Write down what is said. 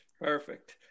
Perfect